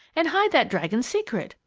and hide that dragon's secret?